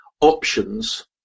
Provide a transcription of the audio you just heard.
options